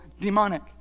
demonic